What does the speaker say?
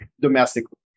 domestically